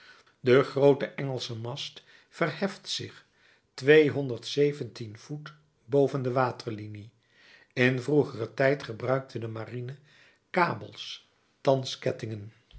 de groote engelsche mast verheft zich tweehonderd zeventien voet boven de waterlinie in vroegeren tijd gebruikte de marine kabels